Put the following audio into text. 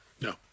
no